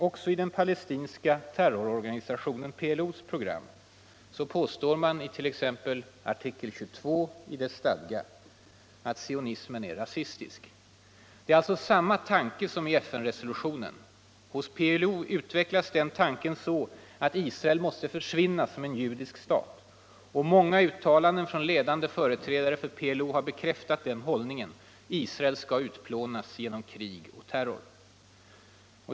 Också i den palestinska terrororganisationen PLO:s program påstår man, t.ex. i artikel 22 i dess stadgar, att sionismen är rasistisk. Det är alltså samma tanke som i FN-resolutionen. Hos PLO utvecklas den tanken så att Israel måste försvinna som judisk stat. Många uttalanden från ledande företrädare för PLO har bekräftat den hållningen: Israel skall utplånas genom krig och terror.